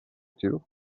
too